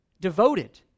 Devoted